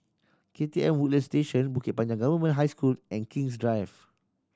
K T M Woodlands Station Bukit Panjang Government High School and King's Drive